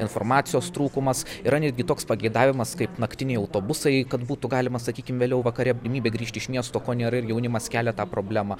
informacijos trūkumas yra netgi toks pageidavimas kaip naktiniai autobusai kad būtų galima sakykim vėliau vakare galimybė grįžti iš miesto ko nėra ir jaunimas kelia tą problemą